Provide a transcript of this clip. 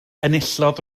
enillodd